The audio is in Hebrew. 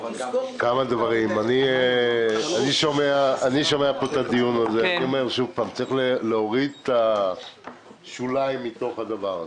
אני שומע את הדיון ואומר שצריך להוריד את השוליים ולראות את העיקר.